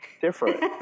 different